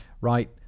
right